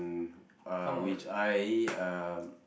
uh which I uh